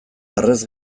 harrez